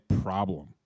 problem